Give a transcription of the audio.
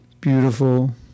Beautiful